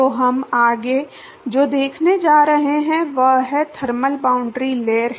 तो हम आगे जो देखने जा रहे हैं वह है थर्मल बाउंड्री लेयर हैं